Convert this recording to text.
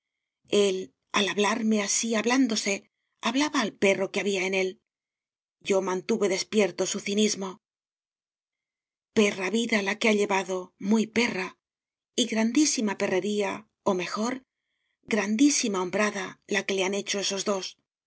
él al hablarme así hablándose hablaba al perro que había en él yo mantuve despierto su cinismo perra vida la que ha llevado muy perra y grandísima perrería o mejor grandísima hombrada la que le han hecho esos dos